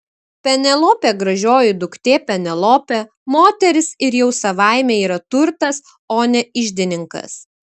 penelopė gražioji duktė penelopė moteris ir jau savaime yra turtas o ne iždininkas